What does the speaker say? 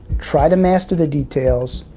try to master the details,